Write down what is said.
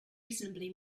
reasonably